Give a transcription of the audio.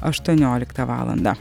aštuonioliktą valandą